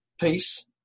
peace